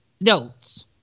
notes